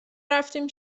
رفتیم